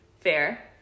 fair